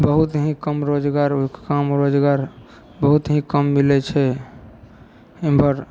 बहुत ही कम रोजगार काम रोजगार बहुत ही कम मिलय छै उमहर